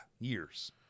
years